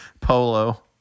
Polo